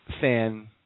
fan